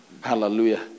Hallelujah